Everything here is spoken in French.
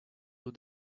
eaux